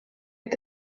est